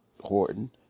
Horton